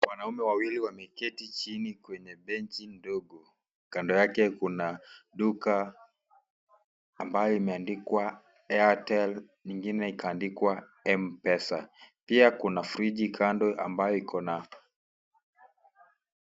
Wanaume wawili wameketi chini kwenye benchi ndogo kando yake kuna duka ambao imeandikwa airtel nyingine ikaandikwa Mpesa pia kuna frichi kando ambayo iko na.